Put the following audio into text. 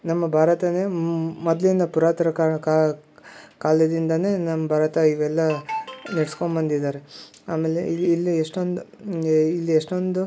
ನಮ್ಮ ಭಾರತವೇ ಮೊದ್ಲಿನ ಪುರಾತನ ಕಾಲ ಕಾಲದಿಂದಲೇ ನಮ್ಮ ಭಾರತ ಇವೆಲ್ಲ ನಡ್ಸ್ಕೊಂಬಂದಿದ್ದಾರೆ ಆಮೇಲೆ ಇಲ್ಲಿ ಎಷ್ಟೊಂದು ಇಲ್ಲಿ ಎಷ್ಟೊಂದು